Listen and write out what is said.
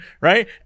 Right